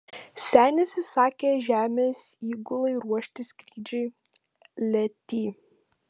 senis įsakė žemės įgulai ruošti skrydžiui letį